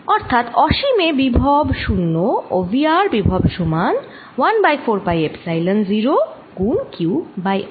অর্থাৎ অসীমে বিভব 0 ও V r বিভব সমান 1 বাই 4 পাই এপসাইলন 0 গুণ q বাই r